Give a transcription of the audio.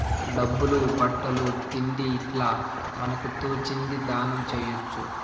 డబ్బులు బట్టలు తిండి ఇట్లా మనకు తోచింది దానం చేయొచ్చు